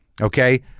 Okay